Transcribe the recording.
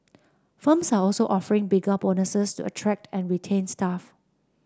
firms are also offering bigger bonuses to attract and retain staff